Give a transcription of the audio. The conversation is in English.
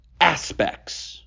Aspects